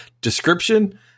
description